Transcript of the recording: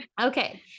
Okay